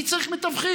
מי צריך מתווכים?